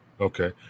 okay